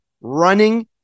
running